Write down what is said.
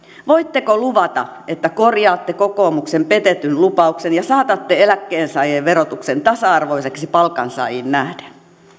voitteko luvata että korjaatte kokoomuksen petetyn lupauksen ja saatatte eläkkeensaajien verotuksen tasa arvoiseksi palkansaajiin nähden